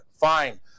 Fine